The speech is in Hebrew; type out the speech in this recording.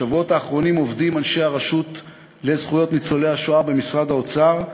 בשבועות האחרונים עובדים אנשי הרשות לזכויות ניצולי השואה במשרד האוצר,